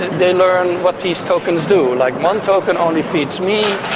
they learn what these tokens do like, one token only feeds me,